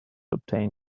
obtain